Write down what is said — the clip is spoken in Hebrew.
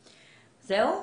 זהו?